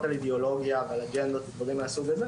על אידיאולוגיה ועל אג'נדות ודברים מהסוג הזה,